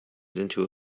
into